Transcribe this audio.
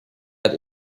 hat